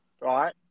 Right